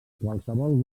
qualsevol